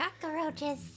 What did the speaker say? Cockroaches